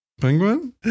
Penguin